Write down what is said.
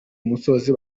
musozi